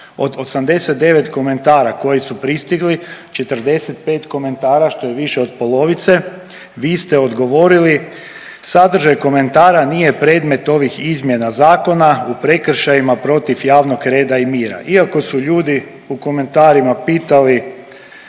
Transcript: Od 89 komentara koji su pristigli, 45 komentara, što je više od polovice, vi ste odgovorili, sadržaj komentara nije predmet ovih izmjena zakona u prekršajima protiv javnog reda i mira. Iako su ljudi u komentarima pitali